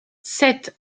sept